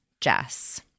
Jess